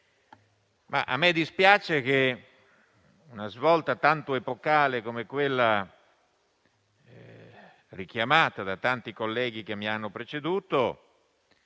a me dispiace che una svolta tanto epocale, come quella richiamata dai tanti colleghi che mi hanno preceduto,